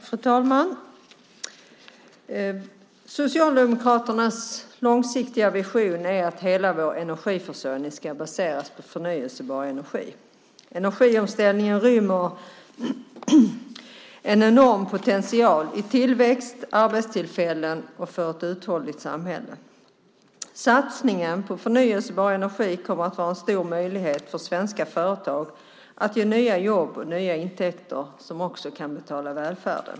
Fru talman! Socialdemokraternas långsiktiga vision är att hela vår energiförsörjning ska baseras på förnybar energi. Energiomställningen rymmer en enorm potential i tillväxt, arbetstillfällen och för ett uthålligt samhälle. Satsningen på förnybar energi kommer att vara en stor möjlighet för svenska företag att ge nya jobb och nya intäkter som också kan betala välfärden.